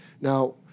Now